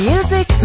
Music